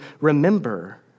remember